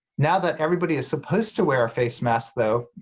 now that everybody is supposed to wear a face mask though,